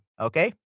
okay